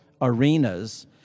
arenas